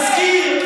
רב רפורמי.